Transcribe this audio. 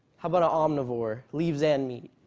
how about an omnivore? leaves and meat?